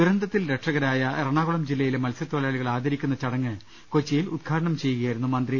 ദുരന്തത്തിൽ രക്ഷകരായ എറണാകുളം ജില്ലയിലെ മത്സ്യത്തൊഴിലാളികളെ ആദരിക്കുന്ന ചടങ്ങ് കൊച്ചി യിൽ ഉദ്ഘാടനം ചെയ്യുകയായിരുന്നു മന്ത്രി